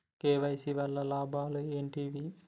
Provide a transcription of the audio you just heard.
KYC వల్ల లాభాలు ఏంటివి?